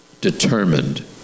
determined